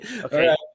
okay